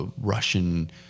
Russian